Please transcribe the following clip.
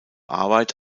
arbeit